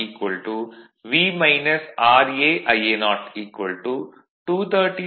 Eb0 V raIa0 230 0